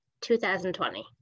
2020